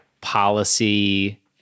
policy